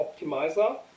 optimizer